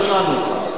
לא שאלנו אותך.